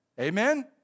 Amen